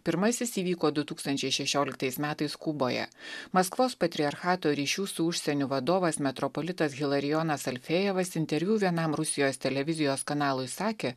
pirmasis įvyko du tūkstančiai šešioliktais metais kuboje maskvos patriarchato ryšių su užsieniu vadovas metropolitas hilarijonas salfėjevas interviu vienam rusijos televizijos kanalui sakė